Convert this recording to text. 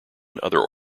other